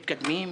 מתקדמים,